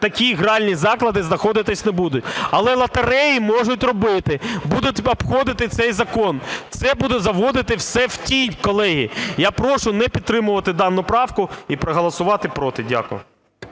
такі гральні заклади знаходитися не будуть, але лотереї можуть робити, будуть обходити цей закон, все буде заводити все в тінь, колеги. Я прошу не підтримувати дану правку і проголосувати проти. Дякую.